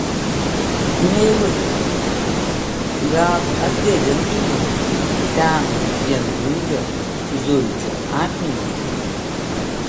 meilute gal atgaivintumei seno viengungio zuikio atmintį